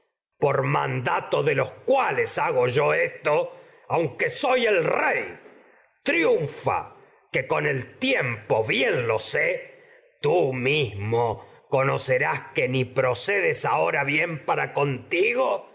por man aunque soy hago yo esto el rey triunfa rás que con el tiempo bien lo sé tú mismo para conoce que ni procedes ahora bien a contigo